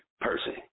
person